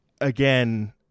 again